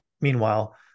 Meanwhile